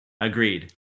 Agreed